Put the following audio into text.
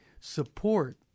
Support